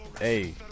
hey